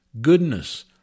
goodness